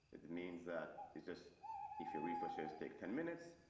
it means that it's just if you. refresh is take ten minutes.